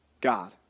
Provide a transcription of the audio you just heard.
God